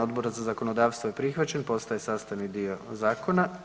Odbora za zakonodavstvo je prihvaćen, postaje sastavni dio zakona.